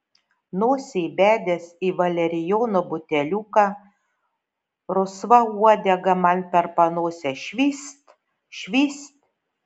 nosį įbedęs į valerijono buteliuką rusva uodega man per panosę švyst švyst